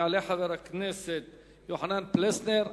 יעלה חבר הכנסת יוחנן פלסנר.